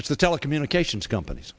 it's the telecommunications compan